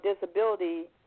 disability